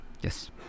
Yes